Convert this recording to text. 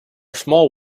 small